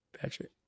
Patrick